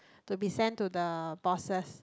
to be send to the bosses